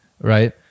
right